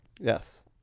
Yes